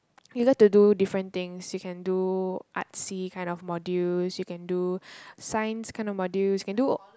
you get to do different things you can do artsy kind of modules you can do science kind of modules you can do